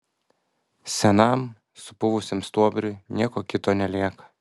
senam supuvusiam stuobriui nieko kito nelieka